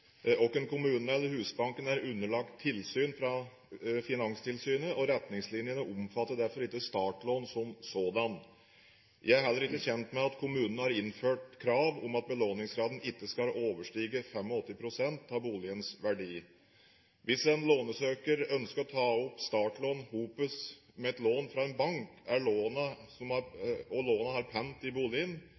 eller Husbanken er underlagt tilsyn fra Finanstilsynet, og retningslinjene omfatter derfor ikke startlånet som sådan. Jeg er ikke kjent med at kommunene har innført krav om at belåningsgraden ikke skal overstige 85 pst. av boligens verdi. Hvis en lånsøker ønsker å ta opp startlån sammen med lån fra en bank, og lånene har pant i boligen, skal banken etter Finanstilsynets retningslinjer telle med startlånet i